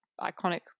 iconic